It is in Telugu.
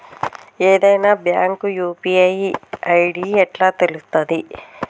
ఏదైనా బ్యాంక్ యూ.పీ.ఐ ఐ.డి ఎట్లా తెలుత్తది?